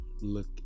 look